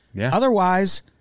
Otherwise